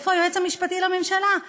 איפה היועץ המשפטי לממשלה?